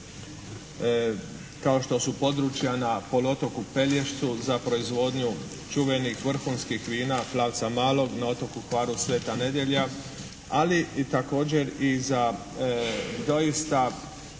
kao što su područja na poluotoku Pelješcu za proizvodnju čuvenih vrhunskih vina Plavca malog, na otoku Hvaru Sveta Nedjelja ali i također i za doista